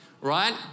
right